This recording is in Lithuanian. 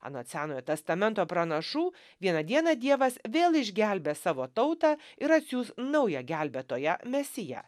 anot senojo testamento pranašų vieną dieną dievas vėl išgelbės savo tautą ir atsiųs naują gelbėtoją mesiją